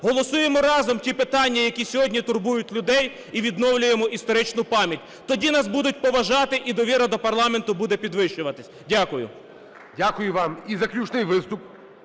Голосуємо разом ті питання, які сьогодні турбують людей і відновлюємо історичну пам'ять. Тоді нас будуть поважати і довіра до парламенту буде підвищуватись. Дякую. ГОЛОВУЮЧИЙ. Дякую вам. І заключний виступ